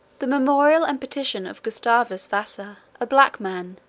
the memorial and petition of gustavus vassa a black man,